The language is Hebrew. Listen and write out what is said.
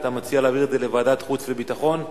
אתה מציע להעביר את הנושא לוועדת החוץ והביטחון לדיון?